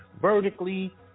vertically